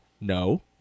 no